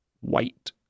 white